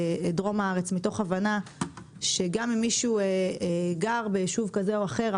בדרומה מתוך הבנה שגם אם מישהו גר ביישוב כזה או אחר,